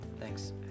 Thanks